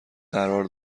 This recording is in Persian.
قرار